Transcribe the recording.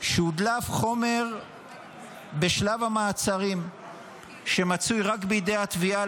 שהודלף חומר בשלב המעצרים שמצוי רק בידי התביעה,